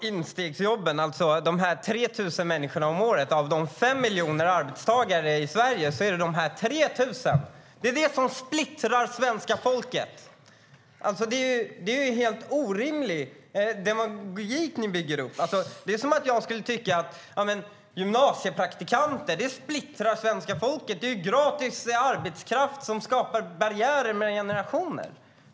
Herr talman! När det gäller instegsjobben är det alltså 3 000 människor om året av Sveriges fem miljoner arbetstagare som splittrar folket. Det är en helt orimlig logik ni bygger upp, Sven-Olof Sällström. Det är som om jag skulle tycka att gymnasiepraktikanter splittrar svenska folket och att de är gratis arbetskraft som skapar barriärer mellan generationer.